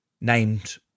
named